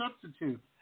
Substitute